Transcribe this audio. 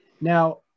Now